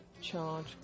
charge